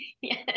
Yes